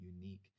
unique